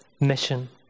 mission